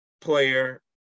player